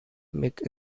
make